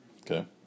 okay